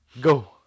go